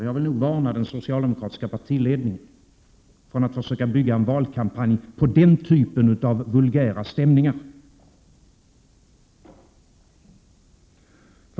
Jag vill för det andra varna den socialdemokratiska partiledningen för att försöka bygga en valkampanj på den typen av vulgära stämningar.